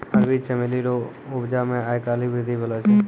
अरबी चमेली रो उपजा मे आय काल्हि वृद्धि भेलो छै